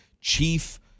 chief